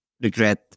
regret